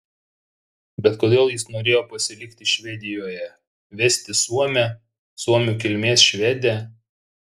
bet kodėl jis norėjo pasilikti švedijoje vesti suomę suomių kilmės švedę